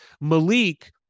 Malik